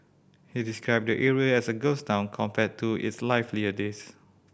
he described the area as a ghost town compared to its livelier days